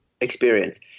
experience